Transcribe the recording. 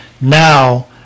now